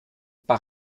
par